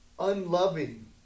Unloving